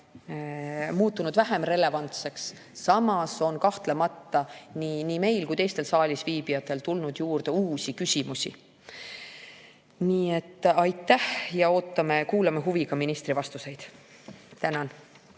võib-olla vähem relevantseks. Samas on kahtlemata nii meil kui ka teistel saalis viibijatel tulnud juurde uusi küsimusi. Ootame ja kuulame huviga ministri vastuseid. Tänan!